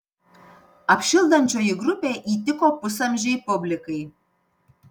apšildančioji grupė įtiko pusamžei publikai